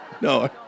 No